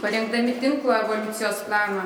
parinkdami tinklo evoliucijos planą